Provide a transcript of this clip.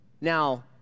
Now